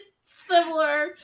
similar